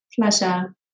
Pleasure